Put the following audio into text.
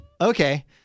okay